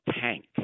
tank